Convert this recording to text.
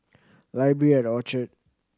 Library at Orchard